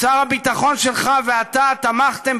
שר הביטחון שלך ואתה תמכתם,